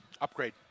Upgrade